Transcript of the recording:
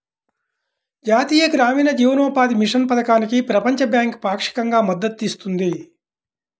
జాతీయ గ్రామీణ జీవనోపాధి మిషన్ పథకానికి ప్రపంచ బ్యాంకు పాక్షికంగా మద్దతు ఇస్తుంది